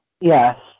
Yes